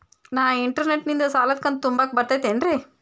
ನಾ ಇಂಟರ್ನೆಟ್ ನಿಂದ ಸಾಲದ ಕಂತು ತುಂಬಾಕ್ ಬರತೈತೇನ್ರೇ?